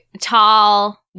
tall